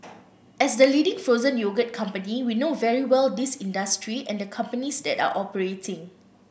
as the leading frozen yogurt company we know very well this industry and the companies that are operating